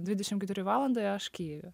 dvidešimt keturi valanda ir aš kijeve